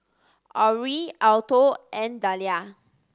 Orie Alto and Dalia